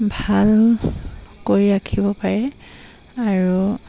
ভাল কৰি ৰাখিব পাৰে আৰু